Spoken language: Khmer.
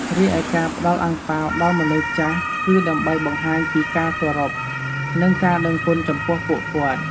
រីឯការផ្ដល់អាំងប៉ាវដល់មនុស្សចាស់ គឺដើម្បីបង្ហាញពីការគោរព និងការដឹងគុណចំពោះពួកគាត់។